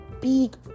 big